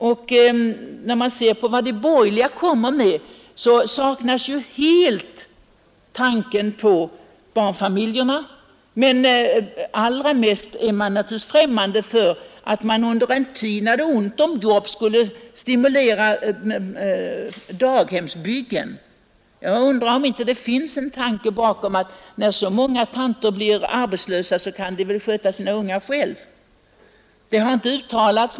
Och när vi ser på vad de borgerliga kommer med finner vi, att där saknas ju helt tanken på barnfamiljerna, men allra mest främmande är de borgerliga naturligtvis för att man under en tid när det är ont om jobb skulle stimulera daghemsbyggen. Jag undrar om inte det ligger en tanke bakom, att när så många tanter blir arbetslösa, så kan de väl sköta sina ungar själva, även om detta inte direkt uttalats.